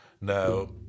Now